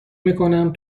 میکنم